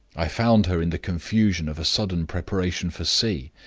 i found her in the confusion of a sudden preparation for sea.